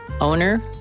owner